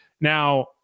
Now